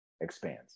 expands